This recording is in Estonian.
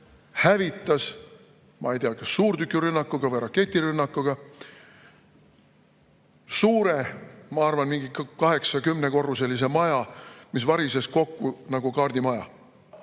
ma ei tea, kas suurtükirünnakuga või raketirünnakuga suure, ma arvan, mingi 8- või 10-korruselise maja, mis varises kokku nagu kaardimaja